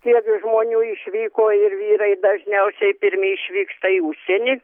tiek žmonių išvyko ir vyrai dažniausiai pirmi išvyksta į užsienį